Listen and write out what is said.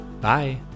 Bye